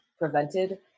prevented